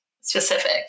specific